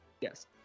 Yes